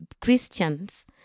Christians